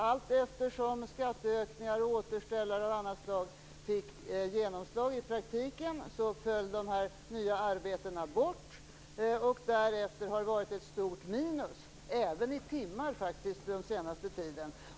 Allteftersom skatteökning och återställare av andra slag fick genomslag i praktiken föll de nya arbetena bort. Därefter har det varit ett stort minus - även i timmar, faktiskt, den senaste tiden.